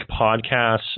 podcasts